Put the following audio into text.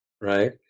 Right